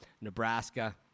Nebraska